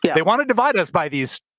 yeah they want to divide us by these.